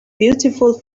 beautiful